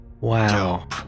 Wow